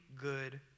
good